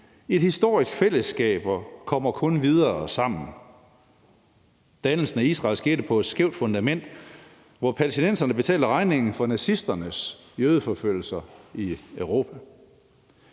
et historisk fællesskab og kommer kun videre sammen. Dannelsen af Israel skete på et skævt fundament, hvor palæstinenserne betaler regningen for nazisternes jødeforfølgelser i Europa.